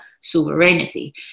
sovereignty